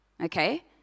Okay